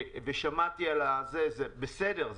בסדר,